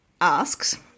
asks